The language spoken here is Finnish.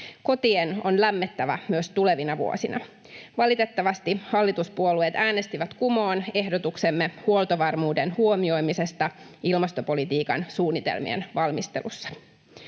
Kotien on lämmettävä myös tulevina vuosina. Valitettavasti hallituspuolueet äänestivät kumoon ehdotuksemme huoltovarmuuden huomioimisesta ilmastopolitiikan suunnitelmien valmistelussa.